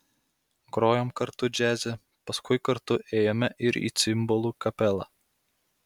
grojom kartu džiaze paskui kartu ėjome ir į cimbolų kapelą